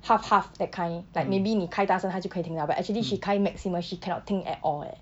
half half that kind like maybe 你开大声她就可以听到 but actually she 开 maximum she cannot 听 at all eh